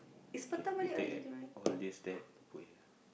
kay you take a~ all these stack put here